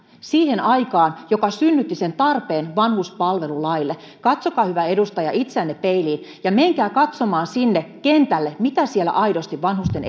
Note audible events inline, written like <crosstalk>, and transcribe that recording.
siihen aikaan joka synnytti sen tarpeen vanhuspalvelulaille katsokaa hyvä edustaja itseänne peiliin ja menkää katsomaan myös kentälle mitä siellä vanhusten <unintelligible>